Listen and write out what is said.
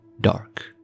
Dark